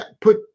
Put